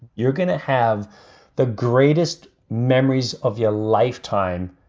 you're going to have the greatest memories of your lifetime.